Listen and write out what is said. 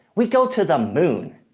we go to the moon.